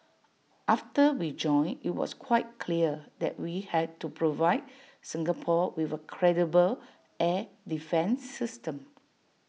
after we joined IT was quite clear that we had to provide Singapore with A credible air defence system